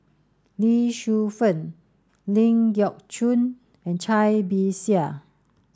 Lee Shu Fen Ling Geok Choon and Cai Bixia